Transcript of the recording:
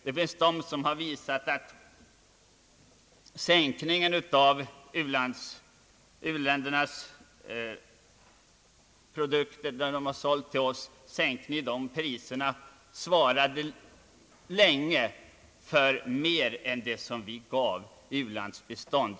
Det har visats att sänkningen av priserna på de produkter som u-länderna sålt till oss länge motsvarade mer än vad vi gav i u-landsbistånd.